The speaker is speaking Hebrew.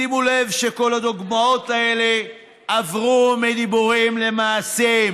שימו לב שכל הדוגמאות האלה עברו מדיבורים למעשים,